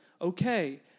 Okay